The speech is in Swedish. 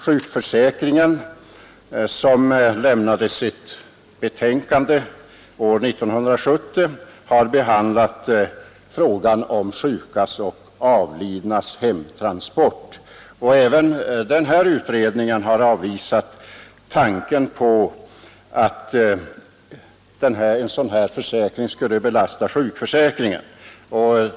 Sjukförsäkringsutredningen, som lämnade sitt betänkande år 1970, har behandlat frågan om sjukas och avlidnas hemtransport och avvisat tanken att en sådan här försäkring skulle belasta sjukförsäkringen.